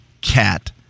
cat